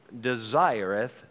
desireth